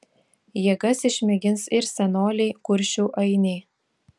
jėgas išmėgins ir senoliai kuršių ainiai